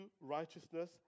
righteousness